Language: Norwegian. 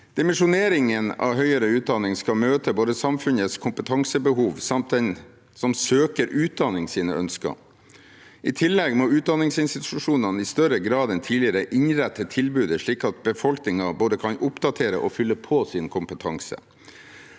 Dimensjoneringen av høyere utdanning skal møte både samfunnets kompetansebehov og ønskene til den som søker utdanning. I tillegg må utdanningsinstitusjonene i større grad enn tidligere innrette tilbudet slik at befolkningen kan både oppdatere og fylle på sin kompetanse.